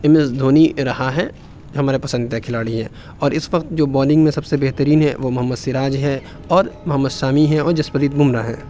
M S Dhoni رہا ہے ہمارا پسندیدہ کھلاڑی ہے اور اِس وقت جو بولنگ میں سب سے بہترین ہے محمد سراج ہے اور محمد سمیع ہے اور جسپریت بُمراہ ہے